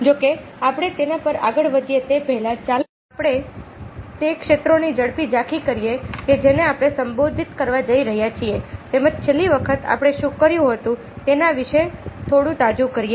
જો કે આપણે તેના પર આગળ વધીએ તે પહેલાં ચાલો આપણે તે ક્ષેત્રોની ઝડપી ઝાંખી કરીએ કે જેને આપણે સંબોધિત કરવા જઈ રહ્યા છીએ તેમજ છેલ્લી વખત આપણે શું કર્યું હતું તેના વિશે થોડું તાજું કરીએ